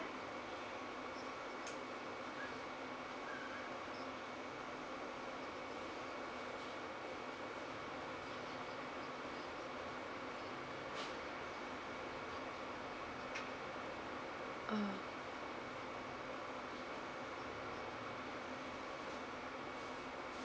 uh